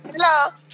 Hello